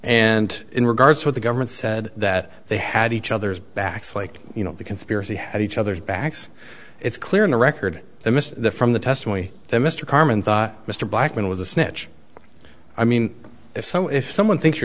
and in regards to what the government said that they had each other's backs like you know the conspiracy had each other's backs it's clear in the record they missed from the testimony that mr carmen thought mr blackman was a snitch i mean if so if someone think